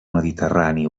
mediterrani